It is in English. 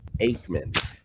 Aikman